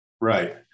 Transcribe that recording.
Right